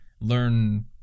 learn